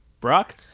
Brock